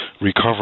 recover